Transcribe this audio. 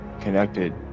connected